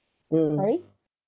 sorry mm